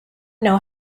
know